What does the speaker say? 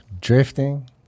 Drifting